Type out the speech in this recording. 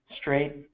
straight